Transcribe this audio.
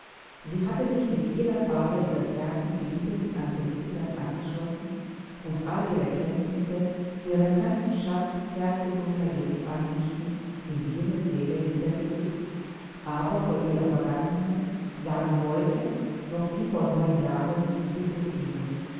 sie hatte sich mit jeder faser ihres herzens liebend an felicitas angeschlossen und alle ihre kenntnisse ihren ganzen schatz kerngesunder lebensansichten in die junge seele niedergelegt aber vor ihrer vergangenheit lagen heute noch wie vor neun jahren siegel und riegel